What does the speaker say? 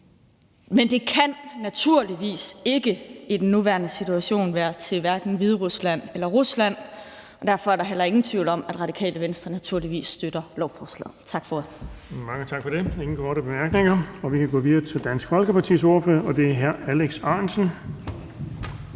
Men det kan naturligvis ikke i den nuværende situation være til hverken Hviderusland eller Rusland, og derfor er der heller ingen tvivl om, at Radikale Venstre naturligvis støtter lovforslaget. Tak for ordet. Kl. 16:37 Den fg. formand (Erling Bonnesen): Mange tak for det. Der er ingen korte bemærkninger, så vi kan gå videre til Dansk Folkepartis ordfører, og det er hr. Alex Ahrendtsen.